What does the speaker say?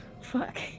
Fuck